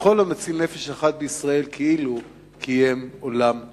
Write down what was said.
כל המציל נפש אחת מישראל כאילו קיים עולם מלא.